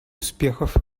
успехов